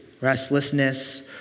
restlessness